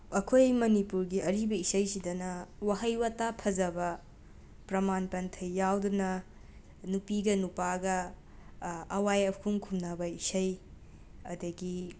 ꯑꯩꯈꯣꯏ ꯃꯅꯤꯄꯨꯔꯒꯤ ꯑꯔꯤꯕ ꯏꯁꯩꯁꯤꯗꯅ ꯋꯥꯍꯩ ꯋꯥꯇꯥ ꯐꯖꯕ ꯄ꯭ꯔꯃꯥꯟ ꯄꯥꯟꯊꯩ ꯌꯥꯎꯗꯨꯅ ꯅꯨꯄꯤꯒ ꯅꯨꯄꯥꯒ ꯑꯋꯥꯏ ꯑꯈꯨꯝ ꯈꯨꯝꯅꯕ ꯏꯁꯩ ꯑꯗꯒꯤ